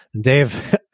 Dave